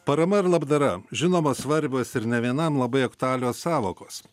parama ir labdara žinoma svarbios ir ne vienam labai aktualios sąvokos